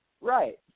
Right